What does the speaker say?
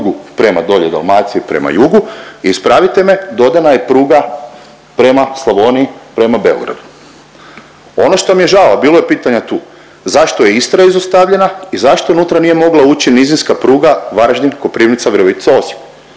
prema dolje Dalmaciji prema jugu, ispravite me dodana je pruga prema Slavoniji, prema Beogradu. Ono što mi je žao a bilo je pitanja tu, zašto je Istra izostavljena i zašto unutra nije mogla ući nizinska pruga Varaždin-Koprivnica-Virovitica-Osijek